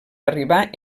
arribar